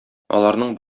аларның